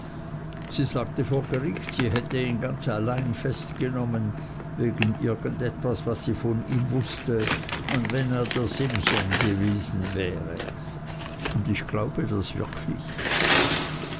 sie sagte vor gericht sie hätte ihn ganz allein festgenommen wegen irgend etwas was sie von ihm wußte und wenn er der simson gewesen wäre und ich glaube das wirklich